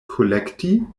kolekti